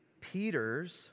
Peter's